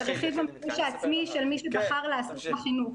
רכיב המימוש העצמי של מי שבחר לעסוק בחינוך.